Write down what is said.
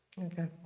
Okay